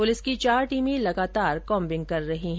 police की चार टीमें लगातार कोम्बिंग कर रही हैं